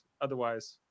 otherwise